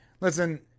listen